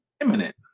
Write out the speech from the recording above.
imminent